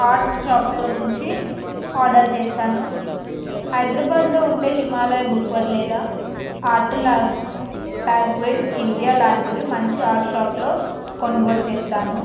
art షాప్లో నుంచి order చేస్తాను హైదరాబాదులో ఉంటే హిమాలయ బుక్ వరల్డ్ లేదా ఆర్టు లాగ లాంగ్వేజ్ ఇండియా లాంటివి మంచి ఆర్ట్ షాప్లో కొనుగోలు చేస్తాను